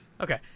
Okay